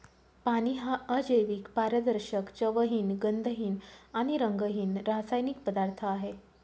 पाणी हा अजैविक, पारदर्शक, चवहीन, गंधहीन आणि रंगहीन रासायनिक पदार्थ आहे